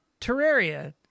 Terraria